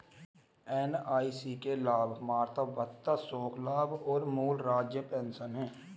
NIC के लाभ मातृत्व भत्ता, शोक लाभ और मूल राज्य पेंशन हैं